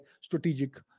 strategic